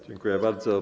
Dziękuję bardzo.